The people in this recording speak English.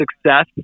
Success